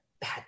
bad